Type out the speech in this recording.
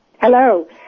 Hello